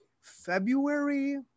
February